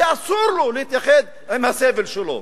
אסור לו להתייחד עם הסבל שלו.